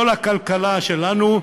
כל הכלכלה שלנו,